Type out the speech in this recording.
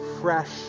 fresh